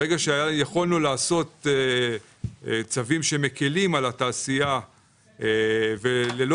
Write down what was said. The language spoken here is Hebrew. כשיכולנו לעשות צווים שמקלים על התעשייה ללא